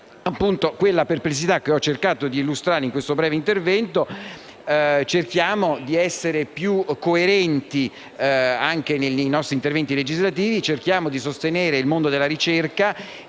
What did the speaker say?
quella perplessità che ho cercato di illustrare in questo breve intervento. Cerchiamo di essere più coerenti nei nostri interventi legislativi. Cerchiamo di sostenere il mondo della ricerca